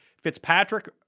Fitzpatrick